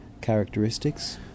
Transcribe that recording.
characteristics